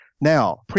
Now